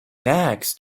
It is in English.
next